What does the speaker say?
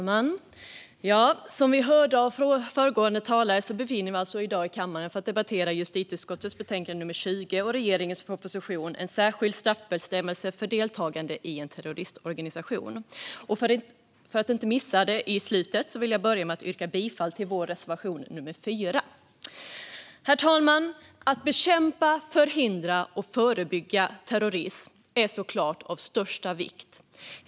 Herr talman! Som vi hörde av föregående talare befinner vi oss i dag i kammaren för att debattera justitieutskottets betänkande nummer 20 och regeringens proposition En särskild straffbestämmelse för deltagande i en terroristorganisation . För att inte missa det i slutet vill jag börja med att yrka bifall till vår reservation nummer 4. Herr talman! Att bekämpa, förhindra och förebygga terrorism är såklart av största vikt.